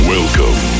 Welcome